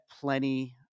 plenty